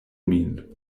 min